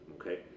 okay